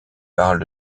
parlent